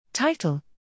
Title